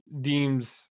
deems